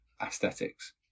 aesthetics